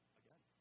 again